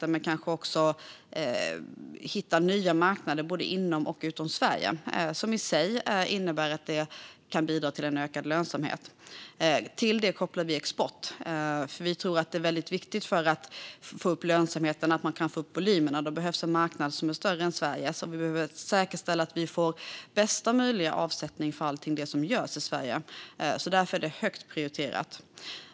Men det kan kanske också leda till nya marknader både inom och utanför Sverige. Det kan i sig bidra till ökad lönsamhet. Till det kopplar vi export. För att få upp lönsamheten tror vi att det är viktigt att få upp volymerna. Då behövs en marknad som är större än Sverige. Vi behöver alltså säkerställa att vi får bästa möjliga avsättning för allt det som görs i Sverige. Därför är det högt prioriterat.